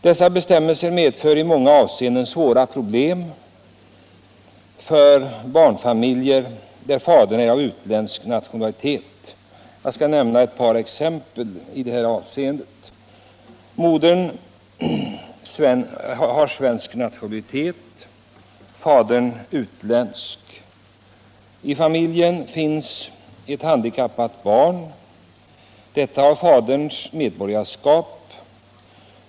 Dessa bestämmelser medför i många avseenden svåra problem för barnfamiljer där fadern är av utländsk nationalitet. Jag skall anföra ett par exempel. Modern har svensk nationalitet, fadern utländsk. I familjen finns ett handikappat barn med faderns medborgarskap.